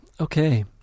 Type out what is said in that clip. Okay